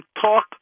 talk